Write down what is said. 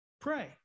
Pray